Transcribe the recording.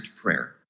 prayer